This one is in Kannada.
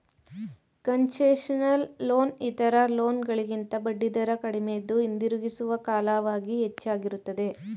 ಕನ್ಸೆಷನಲ್ ಲೋನ್ ಇತರ ಲೋನ್ ಗಳಿಗಿಂತ ಬಡ್ಡಿದರ ಕಡಿಮೆಯಿದ್ದು, ಹಿಂದಿರುಗಿಸುವ ಕಾಲವಾಗಿ ಹೆಚ್ಚಾಗಿರುತ್ತದೆ